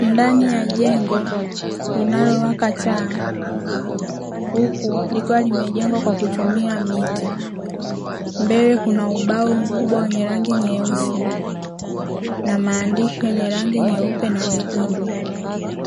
Ndani ya jengo linalowaka taa huku likiwa limejengwa kwa kutumia miti, mbele kuna ubao mkubwa wenye rangi nyeusi na maandishi yenye rangi nyeupe na nyekundu